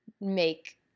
make